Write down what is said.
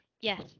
Yes